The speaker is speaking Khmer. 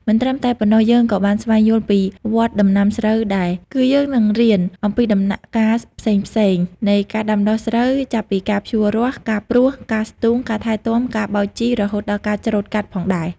មិនត្រឹមតែប៉ុណ្ណោះយើងក៏បានស្វែងយល់ពីវដ្ដដំណាំស្រូវដែរ គឺយើងនឹងរៀនអំពីដំណាក់កាលផ្សេងៗនៃការដាំដុះស្រូវ ចាប់ពីការភ្ជួររាស់ ការព្រួស ការស្ទូង ការថែទាំ ការបាចជី រហូតដល់ការច្រូតកាត់ផងដែរ ។